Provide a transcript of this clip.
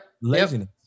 laziness